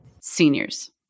Seniors